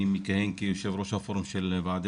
אני מכהן כיושב-ראש הפורום של ועדי